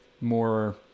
more